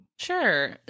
Sure